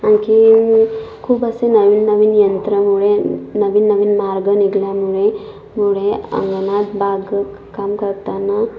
आणखीन खूप असे नवीन नवीन यंत्रामुळे नवीन नवीन मार्ग निघाल्यामुळे मुळे अंगणात बागकाम करताना